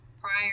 prior